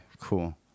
Cool